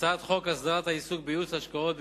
הצעת חוק הסדרת העיסוק בייעוץ השקעות,